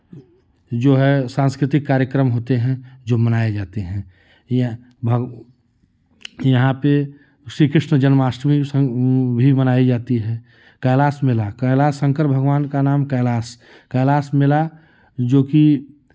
जो है सांस्कृतिक कार्यक्रम होते हैं जो मनाये जाते हैं यहाँ यहाँ पे श्री कृष्ण जन्माष्टमी भी मनाई जाती है कैलाश मेला कैलाश शंकर भगवान का नाम कैलाश कैलाश मेला जो कि